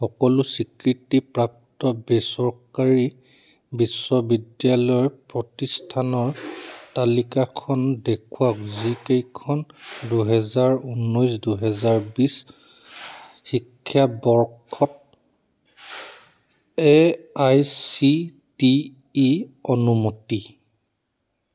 সকলো স্বীকৃতিপ্ৰাপ্ত বেচৰকাৰী বিশ্ববিদ্যালয় প্ৰতিষ্ঠানৰ তালিকাখন দেখুৱাওক যিকেইখন দুহেজাৰ ঊনৈছ দুহেজাৰ বিছ শিক্ষাবৰ্ষত A I C T E অনুমতি